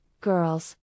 girls